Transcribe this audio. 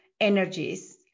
energies